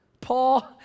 Paul